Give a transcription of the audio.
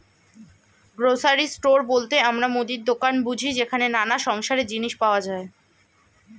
grocery store বলতে আমরা মুদির দোকান বুঝি যেখানে নানা সংসারের জিনিস পাওয়া যায়